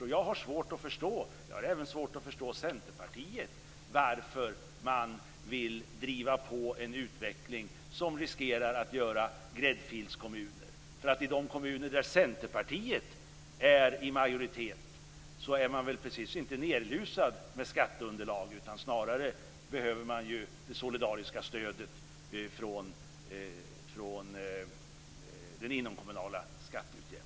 Jag har även svårt att förstå varför Centerpartiet vill driva på en utveckling som riskerar att skapa gräddfilskommuner. I de kommuner där Centerpartiet är i majoritet är man inte precis nedlusad med skatteunderlag. Snarare behöver man det solidariska stödet från den inomkommunala skatteutjämningen.